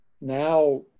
now